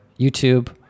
YouTube